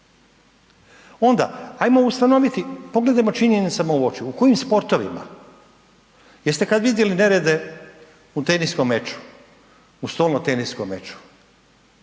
Onda ajmo ustanoviti, pogledajmo činjenicama u oči, u kojim sportovima. Jeste kada vidjeli nerede u teniskom meču, u stolnoteniskom meču